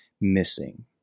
missing